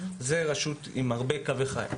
זו רשות עם הרבה קווי חיץ.